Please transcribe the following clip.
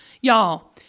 Y'all